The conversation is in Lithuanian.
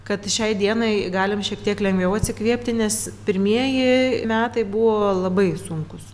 kad šiai dienai galim šiek tiek lengviau atsikvėpti nes pirmieji metai buvo labai sunkūs